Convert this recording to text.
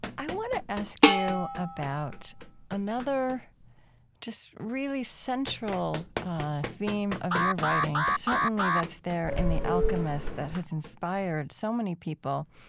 i want to ask you about another just really central theme of your writing. certainly that's there in the alchemist that has inspired so many people,